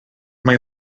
mae